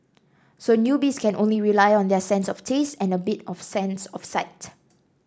so newbies can only rely on their sense of taste and a bit of sense of sight